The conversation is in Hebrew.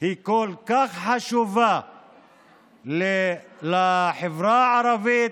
הם כל כך חשובים לחברה הערבית,